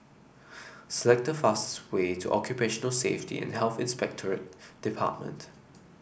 select the fastest way to Occupational Safety and Health Inspectorate Department